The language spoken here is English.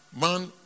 Man